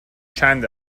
چند